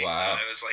Wow